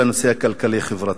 הנושא הכלכלי-חברתי.